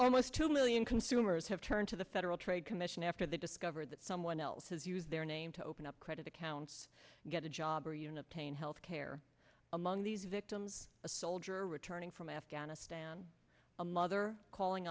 almost two million consumers have turned to the federal trade commission after they discovered that someone else has used their name to open up credit accounts get a job or you know a pain health care among these victims a soldier returning from afghanistan a mother calling